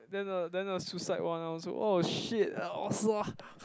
then the then the suicide one ah I also oh !shit! I was